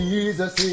Jesus